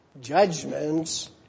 judgments